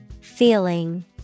Feeling